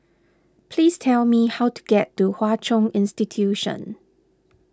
please tell me how to get to Hwa Chong Institution